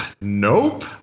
Nope